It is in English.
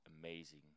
amazing